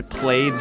play